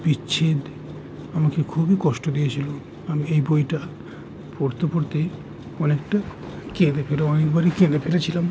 বিচ্ছেদ আমাকে খুবই কষ্ট দিয়েছিলো আমি এই বইটা পড়তে পড়তেই অনেকটা কেঁদে ফেলে অনেকবারই কেঁদে ফেলেছিলাম